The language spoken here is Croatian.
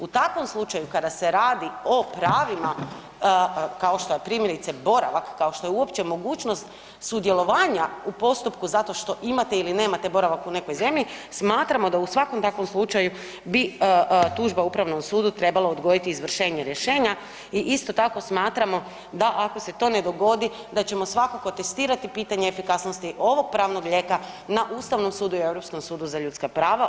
U takvom slučaju kada se radi o pravima kao što je primjerice boravak, kao što je uopće mogućnost sudjelovanja u postupku zato što imate ili nemate boravak u nekoj zemlji smatramo da u svakom takvom slučaju bi tužba Upravnom sudu trebala odgoditi izvršenje rješenja i isto tako smatramo da ako se to ne dogodi da ćemo svakako testirati pitanje efikasnosti ovog pravnog lijeka na Ustavnom sudu i Europskom sudu za ljudska prava.